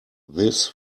this